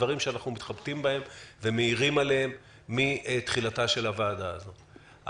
הדברים שאנחנו מתחבטים בהם ומעירים עליהם מתחילתה של הוועדה הזאת.